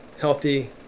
healthy